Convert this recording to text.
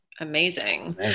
Amazing